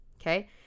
Okay